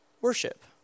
worship